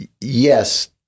Yes